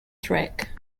track